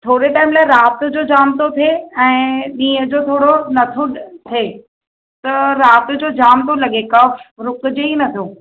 थोरे टाईम लाइ राति जो जाम थो थिए ऐं ॾींहं जो थोरो नथो थिए त राति जो जाम थो लॻे कफ रुकिजे ई नथो